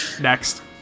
Next